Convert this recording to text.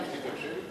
תרשה.